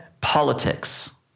politics